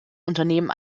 unternehmen